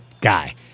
guy